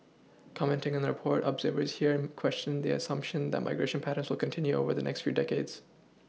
commenting on the report observers here questioned the assumption that migration patterns will continue over the next few decades